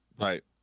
Right